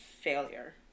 failure